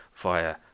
Via